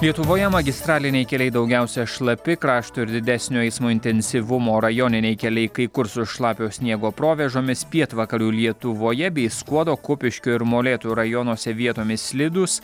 lietuvoje magistraliniai keliai daugiausia šlapi krašto ir didesnio eismo intensyvumo rajoniniai keliai kai kur su šlapio sniego provėžomis pietvakarių lietuvoje bei skuodo kupiškio ir molėtų rajonuose vietomis slidūs